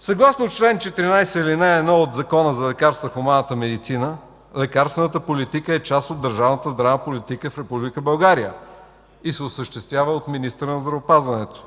Съгласно чл. 14, ал. 1 от Закона за лекарствата в хуманната медицина лекарствената политика е част от държавната здравна политика в Република България и се осъществява от министъра на здравеопазването.